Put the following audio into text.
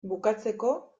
bukatzeko